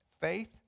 faith